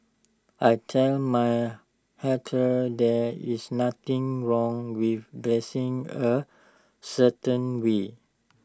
I tell my haters there is nothing wrong with dressing A certain way